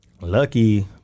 Lucky